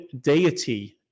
deity